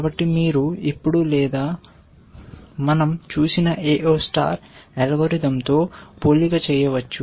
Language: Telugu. కాబట్టి మీరు ఇప్పుడు లేదా మనం చూసిన AO స్టార్ అల్గోరిథంతో పోలిక చేయవచ్చు